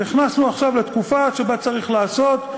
נכנסנו עכשיו לתקופה שבה צריך לעשות,